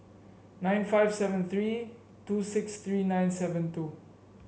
nine five seven three two six three nine seven two